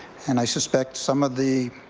and i suspect some of the